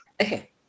okay